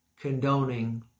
condoning